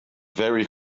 very